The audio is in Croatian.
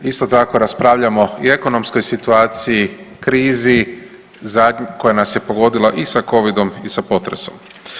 Isto tako raspravljamo i o ekonomskoj situaciji, krizi koja nas je pogodila i sa covidom i sa potresom.